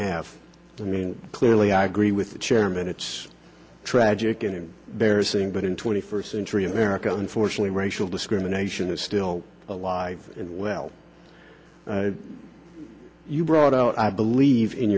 have to mean clearly i agree with the chairman it's tragic and they're saying but in twenty first century america unfortunately racial discrimination is still alive and well you brought out i believe in